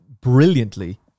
brilliantly